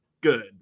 good